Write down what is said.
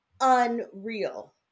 unreal